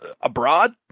abroad